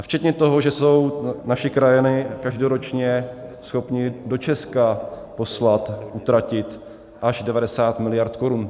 Včetně toho, že jsou naši krajané každoročně schopni do Česka poslat, utratit až 90 miliard korun.